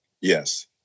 Yes